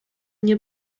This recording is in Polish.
nie